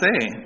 say